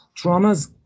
traumas